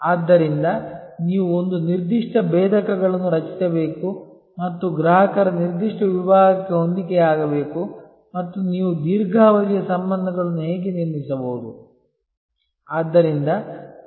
ಆದ್ದರಿಂದ ನೀವು ಒಂದು ನಿರ್ದಿಷ್ಟ ಭೇದಕಗಳನ್ನು ರಚಿಸಬೇಕು ಮತ್ತು ಗ್ರಾಹಕರ ನಿರ್ದಿಷ್ಟ ವಿಭಾಗಕ್ಕೆ ಹೊಂದಿಕೆಯಾಗಬೇಕು ಮತ್ತು ನೀವು ದೀರ್ಘಾವಧಿಯ ಸಂಬಂಧಗಳನ್ನು ಹೇಗೆ ನಿರ್ಮಿಸಬಹುದು